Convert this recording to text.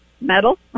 Metal